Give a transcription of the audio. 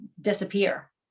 disappear